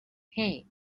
hey